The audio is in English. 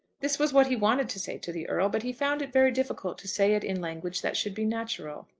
this was what he wanted to say to the earl, but he found it very difficult to say it in language that should be natural.